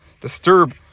disturb